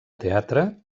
teatre